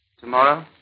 Tomorrow